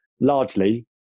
largely